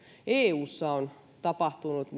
eussa on tapahtunut